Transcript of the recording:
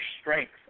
strength